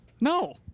No